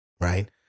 right